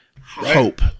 Hope